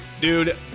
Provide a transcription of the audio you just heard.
dude